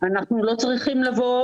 אנחנו לא צריכים לדחוף.